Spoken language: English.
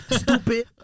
stupid